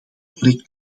correct